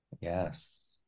yes